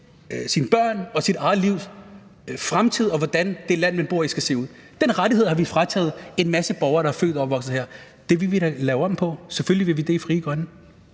fremtid og sin egen fremtid og over, hvordan det land, man bor i, skal se ud. Den rettighed har vi frataget en masse borgere, der er født og opvokset her. Det vil vi da lave om på – selvfølgelig vil vi det i Frie Grønne.